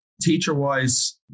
Teacher-wise